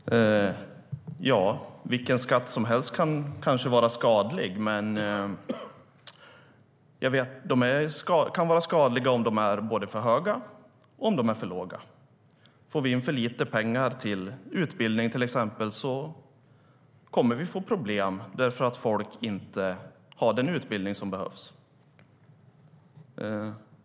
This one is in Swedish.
Herr talman! Vilken skatt som helst kan vara skadlig. De kan vara skadliga om de är för höga eller för låga. Får vi in för lite pengar till utbildning, till exempel, kommer vi att få problem eftersom folk inte har den utbildning som behövs.